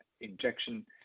injection